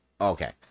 okay